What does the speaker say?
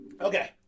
Okay